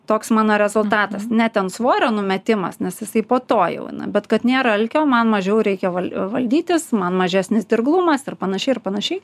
toks mano rezultatas ne ten svorio numetimas nes jisai po to jau eina bet kad nėra alkio man mažiau reikia valdytis man mažesnis dirglumas ir panašiai ir panašiai